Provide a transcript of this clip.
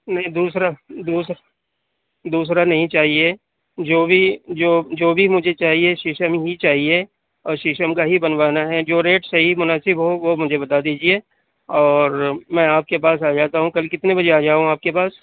نہیں دوسرا دوسرا دوسرا نہیں چاہیے جو بھی جو بھی مجھے چاہیے شیشم ہی چاہیے اور شیشم کا ہی بنوانا ہے جو ریٹ صحیح مناسب ہو وہ مجھے بتا دیجیے اور میں آپ کے پاس آ جاتا ہوں کل کتنے بجے آ جاؤں آپ کے پاس